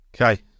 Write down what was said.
Okay